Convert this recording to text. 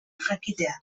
jakitea